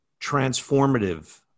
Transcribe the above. transformative